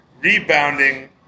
Rebounding